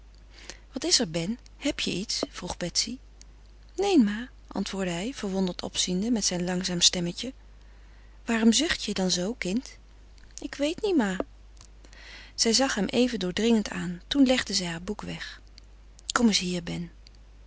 wat is er ben heb je iets vroeg betsy neen ma antwoordde hij verwonderd opziende met zijn langzaam stemmetje waarom zucht je dan zoo kind ik weet niet ma zij zag hem even doordringend aan toen legde zij haar boek weg kom eens hier ben